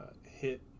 hit